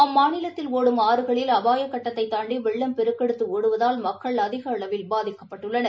அம்மாநிலத்தில் ஒடும் ஆறுகள் அபாயகட்டத்தைத் தாண்டிவெள்ளம் பெருக்கெடுத்துஒடுவதால் மக்கள் அதிகஅளவில் பாதிக்கப்பட்டுள்ளனர்